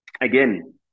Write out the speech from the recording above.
again